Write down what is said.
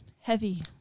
heavy